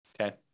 Okay